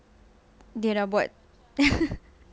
dia dah buat